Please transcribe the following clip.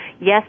yes